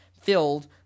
filled